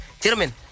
gentlemen